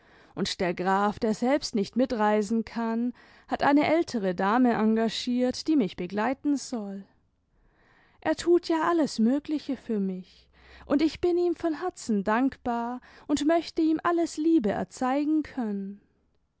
und der graf der selbst nicht mitreisen kann hat eine ältere dame engagiert die mich begleiten soll er tut ja alles möguche für mich und ich bin ihm von herzen dankbar und möchte ihm alles liebe erzeigen können